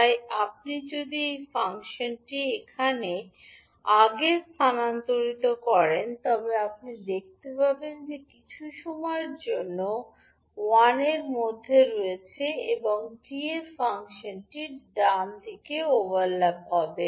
তাই আপনি যদি এই ফাংশনটি এখানে আগে স্থানান্তরিত করেন তবে আপনি দেখতে পাবেন যে কিছু সময়ের জন্য 1 এর মধ্যে রয়েছে এবং 𝑡 এই ফাংশনটি ডানদিকে ওভারল্যাপ হবে